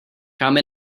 come